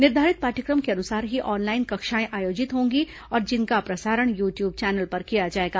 निर्धारित पाठ्यक्रम के अनुसार ही ऑनलाइन कक्षाएं आयोजित होंगी और जिनका प्रसारण यू ट्यूब चैनल पर किया जाएगा